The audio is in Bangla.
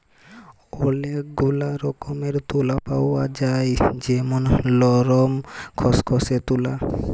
ওলেক গুলা রকমের তুলা পাওয়া যায় যেমল লরম, খসখসে তুলা